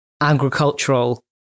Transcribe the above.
agricultural